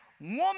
woman